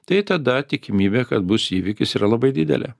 tai tada tikimybė kad bus įvykis yra labai didelė